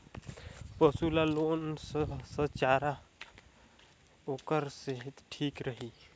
पशु ला कोन स चारा से ओकर सेहत ठीक रही?